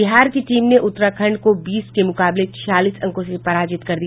बिहार की टीम ने उत्तराखंड को बीस के मुकाबले छियालीस अंकों से पराजित कर दिया